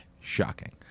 Shocking